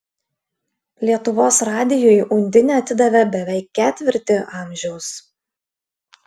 lietuvos radijui undinė atidavė beveik ketvirtį amžiaus